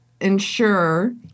ensure